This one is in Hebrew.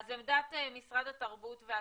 אז עמדת משרד התרבות והספורט,